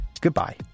goodbye